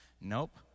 Nope